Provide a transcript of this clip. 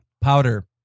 Powder